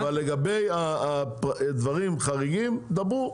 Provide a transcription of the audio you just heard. אבל לגבי דברים חריגים, דברו.